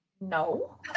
no